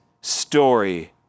story